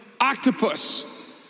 octopus